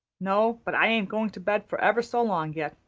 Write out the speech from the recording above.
no but i ain't going to bed for ever so long yet,